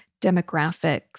demographics